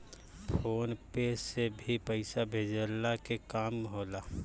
phone पे से भी पईसा भेजला के काम होला